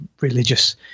religious